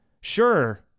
Sure